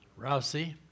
Rousey